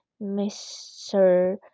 Mr